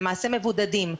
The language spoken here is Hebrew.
למעשה מבודדים.